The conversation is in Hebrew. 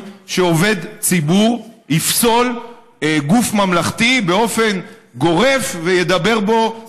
שעובד ציבור יפסול גוף ממלכתי באופן גורף וידבר בו סרה.